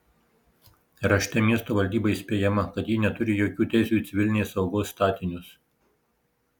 rašte miesto valdyba įspėjama kad ji neturi jokių teisių į civilinės saugos statinius